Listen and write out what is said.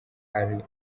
hari